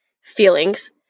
feelings